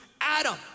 Adam